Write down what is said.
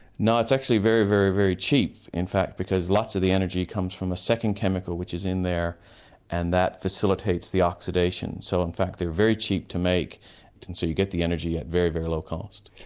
no, it's actually very very very cheap in fact because lots of the energy comes from a second chemical which is in there and that facilitates the oxidation. so in fact they're very cheap to make and so you get the energy at very very low cost.